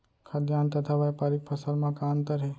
खाद्यान्न तथा व्यापारिक फसल मा का अंतर हे?